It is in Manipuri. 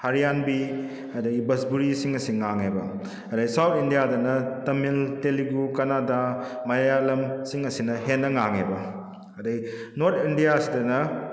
ꯍꯔꯤꯌꯥꯟꯕꯤ ꯑꯗꯒꯤ ꯕꯁꯕꯨꯔꯤꯁꯤꯡ ꯑꯁꯤ ꯉꯥꯡꯉꯦꯕ ꯑꯗꯩ ꯁꯥꯎꯠ ꯏꯟꯗꯤꯌꯥꯗꯅ ꯇꯃꯤꯜ ꯇꯦꯂꯤꯒꯨ ꯀꯅꯥꯗꯥ ꯃꯂꯥꯌꯥꯂꯝꯁꯤꯡ ꯑꯁꯤꯅ ꯍꯦꯟꯅ ꯉꯥꯡꯉꯦꯕ ꯑꯗꯩ ꯅꯣꯔꯠ ꯏꯟꯗꯤꯌꯥꯁꯤꯗꯅ